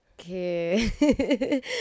Okay